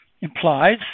implies